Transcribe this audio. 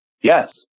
yes